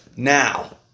Now